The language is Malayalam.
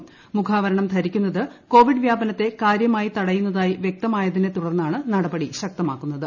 മൂഖ്യാവ്രണം ധരിക്കുന്നത് കോവിഡ് വ്യാപനത്തെ കാര്യമായി പ് തടയുന്നതായി വൃക്തമായതിനെ തുടർന്നാണ് നടപടി ശക്ത്മാക്കിയത്